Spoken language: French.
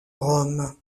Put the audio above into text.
rome